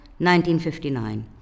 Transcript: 1959